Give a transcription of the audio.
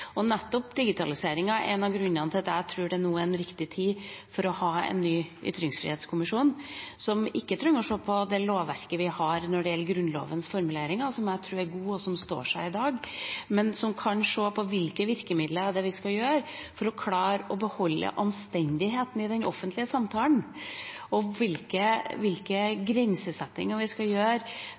ordskiftet? Nettopp digitaliseringen er en av grunnene til at jeg tror det nå er en riktig tid for å ha en ny ytringsfrihetskommisjon. Den trenger ikke å se på det lovverket vi har når det gjelder Grunnlovens formuleringer, som jeg tror er gode, og som står seg i dag, men kan se på hvilke virkemidler vi trenger for å klare å beholde anstendigheten i den offentlige samtalen, og hvilke grensesettinger vi skal gjøre